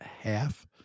half